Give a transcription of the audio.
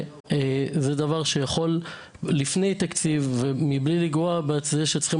וזה דבר שיכול לפני תקציב ומבלי לגרוע בזה שצריכים